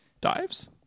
dives